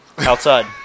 Outside